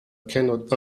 cannot